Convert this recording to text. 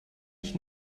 ich